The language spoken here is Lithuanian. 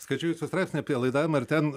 skaičiau jūsų straipsnį apie laidavimą ir ten